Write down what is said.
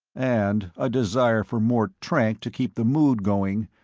and a desire for more trank to keep the mood going,